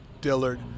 Dillard